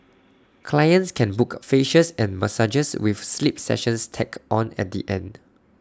clients can book facials and massages with sleep sessions tacked on at the end